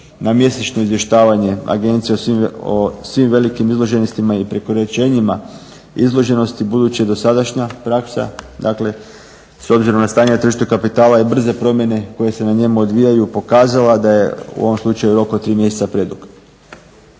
na mjesečno izvještavanje agencija o svim velikim izloženostima i prekoračenjima izloženosti budući je dosadašnja praksa dakle s obzirom na stanje na tržištu kapitala i brze promjene koje se na njemu odvijaju pokazala da je u ovom slučaju rok od 3 mjeseca predug.